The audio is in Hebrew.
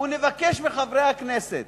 ונשאל את חברי הכנסת